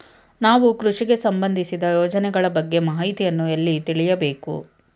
ನಾವು ಕೃಷಿಗೆ ಸಂಬಂದಿಸಿದ ಯೋಜನೆಗಳ ಬಗ್ಗೆ ಮಾಹಿತಿಯನ್ನು ಎಲ್ಲಿ ತಿಳಿಯಬೇಕು?